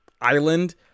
island